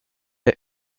est